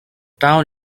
town